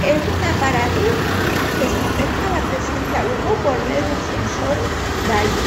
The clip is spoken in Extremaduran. Es un aparatu que s'apesca la presencia'l humu por mé dun sensol d'airi,